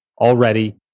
already